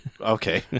okay